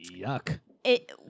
Yuck